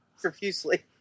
profusely